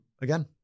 again